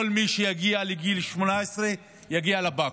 כל מי שיגיע לגיל 18 יגיע לבקו"ם,